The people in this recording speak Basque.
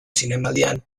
zinemaldian